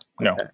no